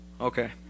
Okay